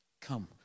Come